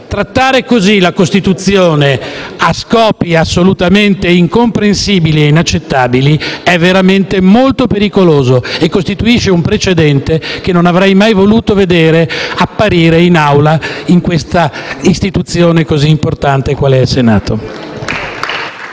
Trattare così la Costituzione, a scopi assolutamente incomprensibili e inaccettabili, è veramente molto pericoloso e costituisce un precedente che non avrei mai voluto veder apparire nell'Assemblea di questa istituzione così importante, quale è il Senato.